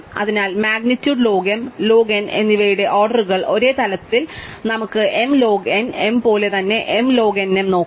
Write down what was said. അതിനാൽ magnitude log m log n എന്നിവയുടെ ഓർഡറുകൾ ഒരേ തലത്തിൽ അതിനാൽ നമുക്ക് m ലോഗ് n m പോലെ തന്നെ m log n m നോക്കാം